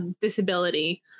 disability